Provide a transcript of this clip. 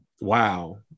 wow